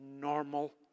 normal